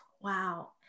Wow